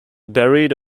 buried